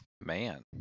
Man